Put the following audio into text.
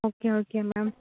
okay okay ma'am